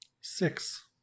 Six